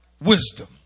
wisdom